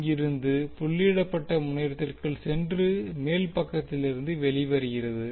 இங்கிருந்து புள்ளியிடப்பட்ட முனையத்திற்குள் சென்று மேல் பக்கத்திலிருந்து வெளியே வருகிறது